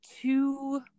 two